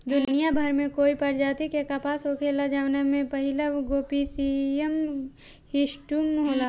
दुनियाभर में कई प्रजाति के कपास होखेला जवना में पहिला गॉसिपियम हिर्सुटम होला